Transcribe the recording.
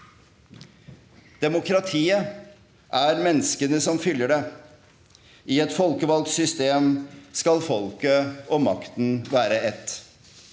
Demokratiet er menneskene som fyller det. I et folkevalgt system skal folket og makten være ett.